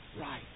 right